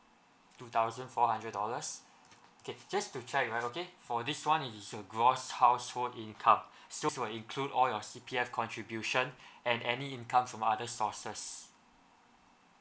two thousand four hundred dollars okay just to check right okay for this one is gross household income so will include all your C_P_F contribution and any income from other sources